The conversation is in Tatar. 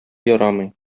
ярамый